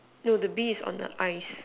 no the bee is on the eyes